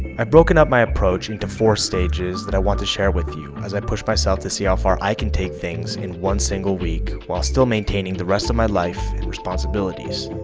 i've broken up my approach into four stages that i want to share with you, as i push myself to see how ah far i can take things in one single week while still maintaining the rest of my life and responsibilities.